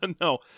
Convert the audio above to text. No